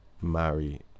marry